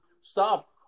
stop